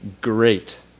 great